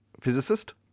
physicist